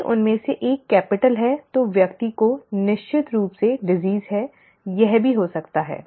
यदि उनमें से एक कैपिटल है तो व्यक्ति को निश्चित रूप से बीमारी है यह भी हो सकता है